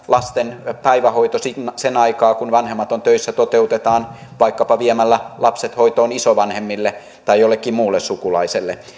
lasten päivähoito sen aikaa kun vanhemmat ovat töissä toteutetaan vaikkapa viemällä lapset hoitoon isovanhemmille tai jollekin muulle sukulaiselle